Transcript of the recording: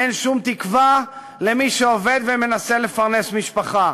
אין שום תקווה למי שעובד ומנסה לפרנס משפחה.